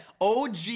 OG